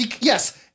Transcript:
Yes